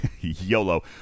YOLO